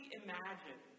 imagine